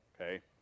okay